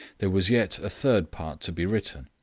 there was yet a third part to be written.